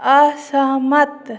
असहमत